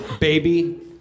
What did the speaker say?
Baby